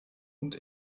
und